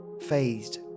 phased